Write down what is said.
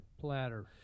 platter